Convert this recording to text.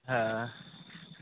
ᱦᱟᱸ